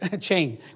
chain